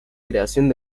creación